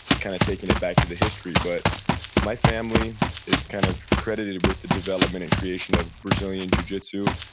kind of taking it back to the history. but my family is kind of credited with the development and creation of brazilian jujitsu,